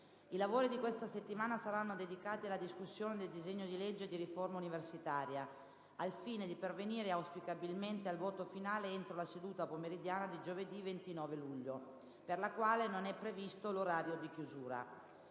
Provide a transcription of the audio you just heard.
I lavori di questa settimana saranno dedicati alla discussione del disegno di legge di riforma universitaria, al fine di pervenire auspicabilmente al voto finale entro la seduta pomeridiana di giovedì 29 luglio, per la quale non è previsto 1'orario di chiusura.